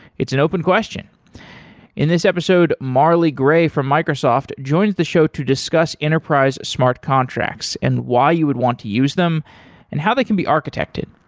it's an open question in this episode, marley grey from microsoft joins the show to discuss enterprise smart contracts and why you would want to use them and how they can be architected.